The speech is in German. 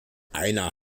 einer